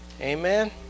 amen